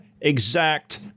exact